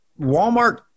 Walmart